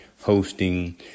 hosting